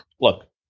Look